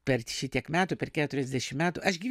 per šitiek metų per keturiasdešim metų aš gi